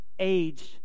age